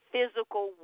physical